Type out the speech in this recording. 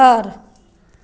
पर